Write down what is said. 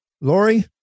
Lori